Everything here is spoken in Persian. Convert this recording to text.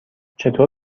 چطور